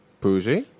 Bougie